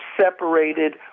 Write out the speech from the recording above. separated